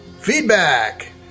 Feedback